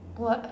what